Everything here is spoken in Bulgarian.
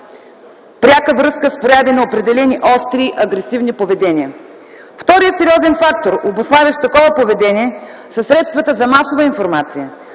пряка връзка с прояви на определени остри агресивни поведения. Вторият сериозен фактор, обуславящ такова поведение, са средствата за масова информация,